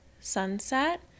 sunset